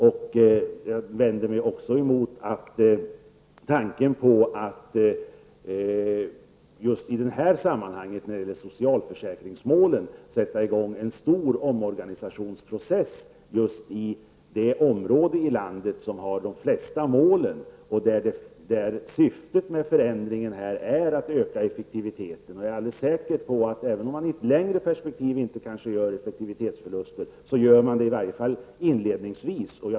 Jag vänder mig också emot tanken på att man när det gäller socialförsäkringsmålen skall sätta i gång en stor omorganisationsprocess just i det område i landet som har de flesta målen, där syftet med förändringen är att öka effektiviteten. Jag är säker på att även om man i ett längre perspektiv kanske inte gör effektivitetsförluster, gör man det i alla fall inledningsvis.